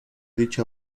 dicha